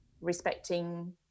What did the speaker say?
respecting